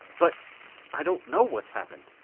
but i don't know what's happened.